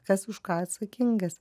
kas už ką atsakingas